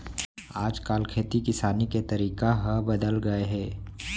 आज काल खेती किसानी के तरीका ह बदल गए हे